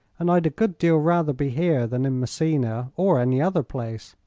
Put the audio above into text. and i'd a good deal rather be here than in messina, or any other place.